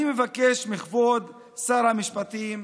אני מבקש מכבוד שר המשפטים,